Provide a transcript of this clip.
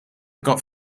got